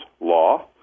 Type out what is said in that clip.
law